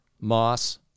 Moss